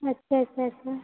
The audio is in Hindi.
अच्छा अच्छा अच्छा